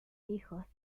hijos